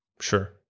Sure